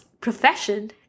profession